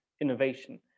innovation